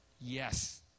Yes